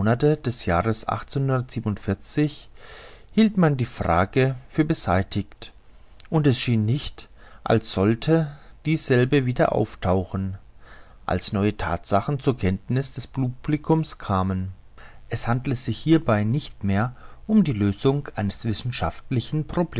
des jahres hielt man die frage für beseitigt und es schien nicht als solle dieselbe wieder auftauchen als neue thatsachen zur kenntniß des publicums kamen es handelte sich dabei nicht mehr um die lösung eines wissenschaftlichen